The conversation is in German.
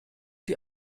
die